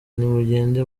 nimugende